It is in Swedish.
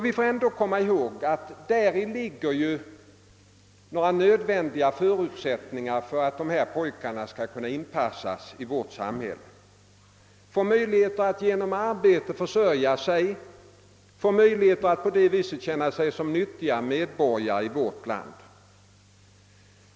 Vi måste ändå komma ihåg att däri ligger de nödvändiga förutsättningarna för att dessa pojkar skall kunna inpassas i vårt samhälle; de måste få möjlighet att genom arbete försörja sig och känna sig som nyttiga individer i vårt land.